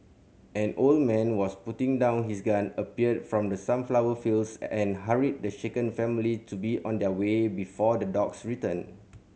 an old man was putting down his gun appeared from the sunflower fields and hurried the shaken family to be on their way before the dogs return